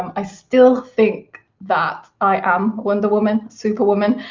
i still think that i am wonder woman, super woman,